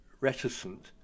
reticent